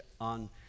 on